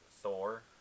Thor